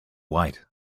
white